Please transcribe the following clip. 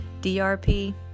DRP